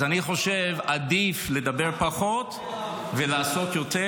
אז אני חושב שעדיף לדבר פחות ולעשות יותר,